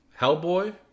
Hellboy